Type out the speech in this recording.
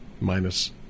minus